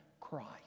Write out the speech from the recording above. Christ